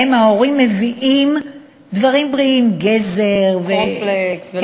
שבהם ההורים מביאים דברים בריאים: גזר, קורנפלקס.